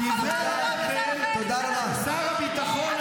אומר שהחיילים שלנו עושים רצח וטבח, ואתם שותקים.